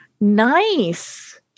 nice